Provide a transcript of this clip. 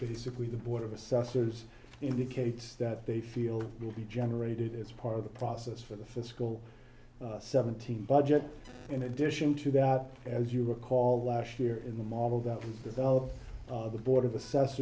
simply the board of assessors indicates that they feel will be generated as part of the process for the fiscal seventeen budget in addition to that as you recall last year in the model that developed of the board of assess